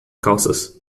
calças